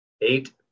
eight